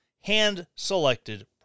Hand-selected